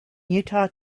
utah